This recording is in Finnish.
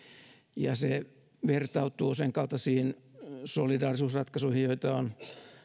ja se vertautuu senkaltaisiin solidaarisuusratkaisuihin joita on